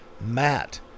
Matt